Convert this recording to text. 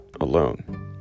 alone